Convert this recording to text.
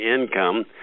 income